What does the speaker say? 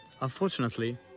Unfortunately